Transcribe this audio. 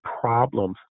problems